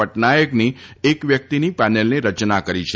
પટનાયકની એક વ્યરેક્તની પેનલની રચના કરી છે